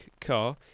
car